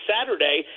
Saturday